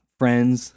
friends